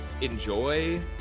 enjoy